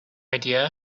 idea